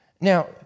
now